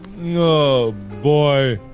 oh, boy